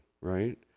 right